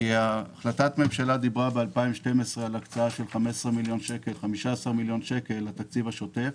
החלטת הממשלה ב-2012 דיברה על הקצאה של 15 מיליון שקל לתקציב השוטף.